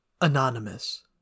Anonymous